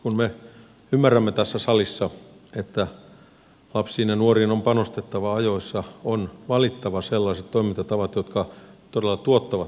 kun me ymmärrämme tässä salissa että lapsiin ja nuoriin on panostettava ajoissa on valittava sellaiset toimintatavat jotka todella tuottavat tulosta